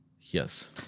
Yes